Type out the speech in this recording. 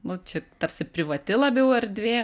nu čia tarsi privati labiau erdvė